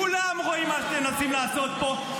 כולם רואים מה שאתם מנסים לעשות פה.